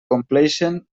compleixen